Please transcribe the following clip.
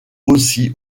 aussi